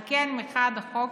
על כן, מחד החוק